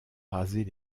raser